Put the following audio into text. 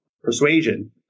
Persuasion